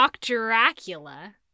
Dracula